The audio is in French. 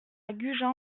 gujan